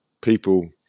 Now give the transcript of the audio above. people